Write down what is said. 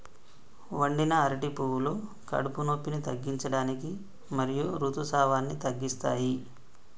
వండిన అరటి పువ్వులు కడుపు నొప్పిని తగ్గించడానికి మరియు ఋతుసావాన్ని తగ్గిస్తాయి